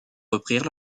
reprirent